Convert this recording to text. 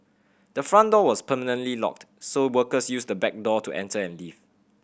the front door was permanently locked so workers used the back door to enter and leave